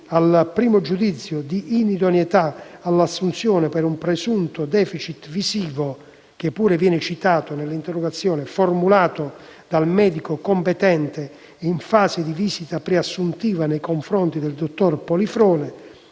al primo giudizio di inidoneità all'assunzione per un presunto *deficit* visivo, che pure viene citato nell'interrogazione, formulato dal medico competente in fase di visita preassuntiva nei confronti del dottor Polifrone,